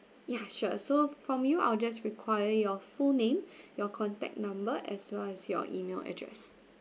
ya sure so from you I will just require your full name your contact number as well as your email address